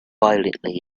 violently